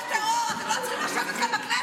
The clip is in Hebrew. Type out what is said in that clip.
תומך טרור, אתם לא צריכים לשבת כאן בכנסת.